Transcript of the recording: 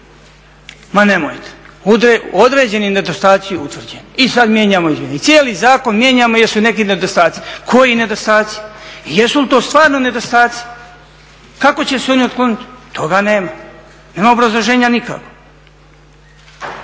Ma nemojte, određeni nedostaci utvrđeni i sad mijenjamo i cijeli zakon mijenjamo jer su neki nedostaci. Koji nedostaci? Jesu li to stvarno nedostaci? Kako će se oni otkloniti? Toga nema, nema obrazloženja nikakvog.